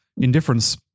indifference